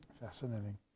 Fascinating